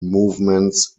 movements